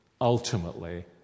ultimately